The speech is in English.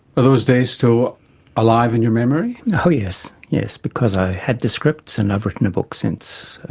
are those days still alive in your memory? oh yes, yes, because i had the scripts and i've written a book since.